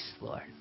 Lord